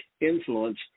influence